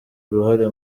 uruhare